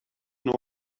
know